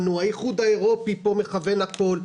האיחוד האירופי כאן מכוון הכול.